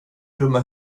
dumma